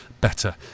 Better